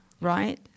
right